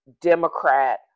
Democrat